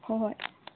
ꯍꯣꯏ ꯍꯣꯏ